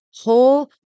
whole